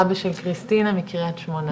אבא של קריסטינה מקריית שמונה